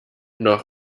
noch